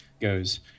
goes